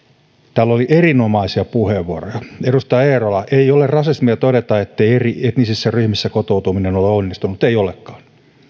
täällä oli erinomaisia puheenvuoroja edustaja eerola ei ole rasismia todeta ettei eri etnisissä ryhmissä kotoutuminen ole onnistunut ei olekaan